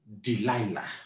Delilah